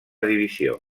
divisió